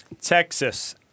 texas